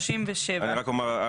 אני רק אומר,